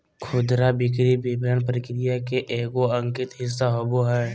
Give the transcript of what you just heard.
खुदरा बिक्री वितरण प्रक्रिया के एगो अंतिम हिस्सा होबो हइ